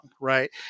Right